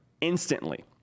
instantly